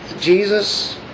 Jesus